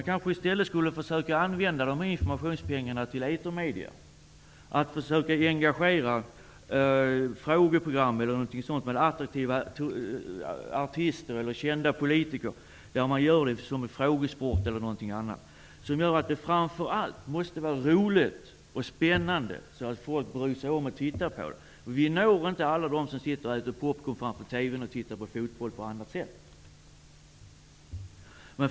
I stället skulle man kanske försöka använda informationspengarna till att utnyttja etermedierna. Man kunde försöka engagera attraktiva artister eller kända politiker i t.ex. frågesportprogram. Framför allt måste det vara roligt och spännande, så att folk bryr sig och vill titta på programmen. På annat sätt når vi inte alla dem som sitter och äter popcorn och tittar på fotboll i TV.